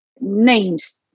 names